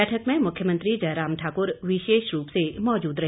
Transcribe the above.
बैठक में मुख्यमंत्री जयराम ठाकुर विशेष रूप से मौजूद रहे